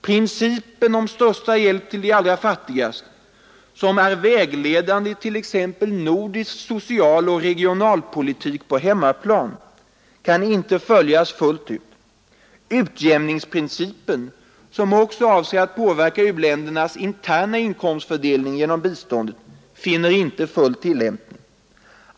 Principen om största hjälp till de allra fattigaste — som är vägledande i t.ex. nordisk socialoch regionalpolitik på hemmaplan — kan inte följas fullt ut. Utjämningsprincipen, som också avser att påverka u-ländernas interna inkomstfördelning genom biståndet, finner inte full tillämpning.